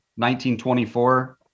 1924